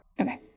okay